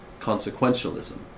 consequentialism